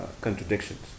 contradictions